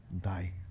die